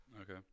Okay